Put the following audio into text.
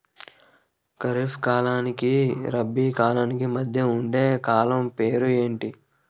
ఖరిఫ్ కాలానికి రబీ కాలానికి మధ్య ఉండే కాలం పేరు ఏమిటి?